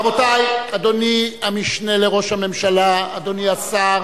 רבותי, אדוני המשנה לראש הממשלה, אדוני השר,